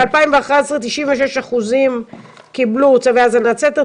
ב-2011 96% קיבלו צווי האזנת סתר,